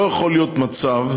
לא יכול להיות מצב,